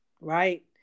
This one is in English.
right